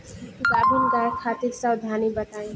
गाभिन गाय खातिर सावधानी बताई?